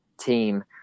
team